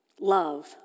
Love